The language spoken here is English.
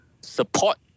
support